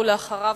ואחריו,